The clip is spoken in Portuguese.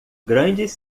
grandes